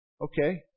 Okay